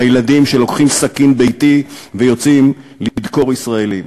בילדים שלוקחים סכין ביתי ויוצאים לדקור ישראלים.